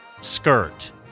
skirt